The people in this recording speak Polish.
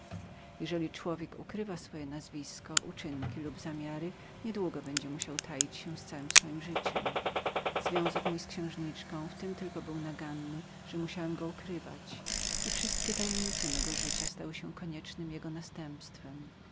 jeżeli człowiek ukrywa swoje nazwisko uczynki lub zamiary nie długo będzie musiał taić się z całem swojem życiem związek mój z księżniczką w tem tylko był nagannym że musiałem go ukrywać i wszystkie tajemnice mego życia stały się koniecznem jego następstwem